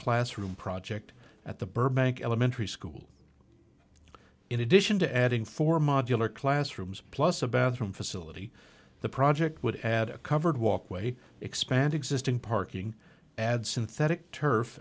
classroom project at the burbank elementary school in addition to adding four modular classrooms plus a bathroom facility the project would add a covered walkway expand existing parking add synthetic turf